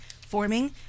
forming